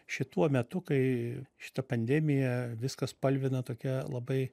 šituo metu kai šita pandemija viską spalvina tokia labai